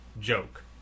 joke